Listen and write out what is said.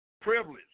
privilege